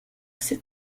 c’est